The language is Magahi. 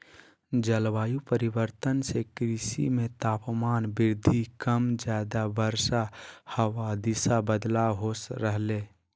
जलवायु परिवर्तन से कृषि मे तापमान वृद्धि कम ज्यादा वर्षा हवा दिशा बदलाव हो रहले